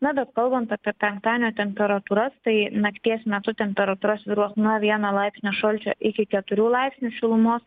na bet kalbant apie penktadienio temperatūras tai nakties metu temperatūra svyruos nuo vieno laipsnio šalčio iki keturių laipsnių šilumos